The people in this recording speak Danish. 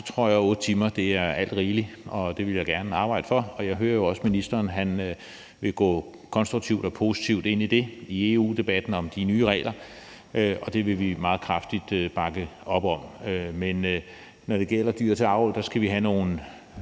tror jeg, at 8 timer er alt rigeligt, og det vil jeg gerne arbejde for. Jeg hører jo også, at ministeren vil gå konstruktivt og positivt ind i det i EU-debatten om de nye regler, og det vil vi bakke meget kraftigt op om. Men når det gælder dyr til avl, skal vi have nogle,